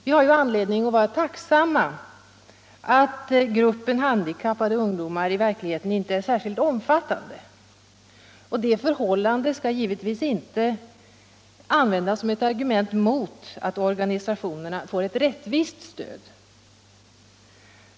Vi har anledning att vara tacksamma för att gruppen handikappade ungdomar inte är så särskilt stor. Men det förhållandet skall naturligtvis inte användas som ett argument mot att organisationerna får ett rättvist stöd.